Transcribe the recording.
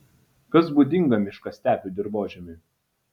kas būdinga miškastepių dirvožemiui